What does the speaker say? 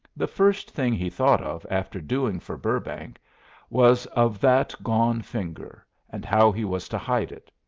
the first thing he thought of after doing for burrbank was of that gone finger, and how he was to hide it.